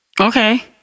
okay